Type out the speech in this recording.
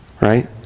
right